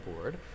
board